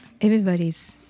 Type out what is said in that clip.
everybody's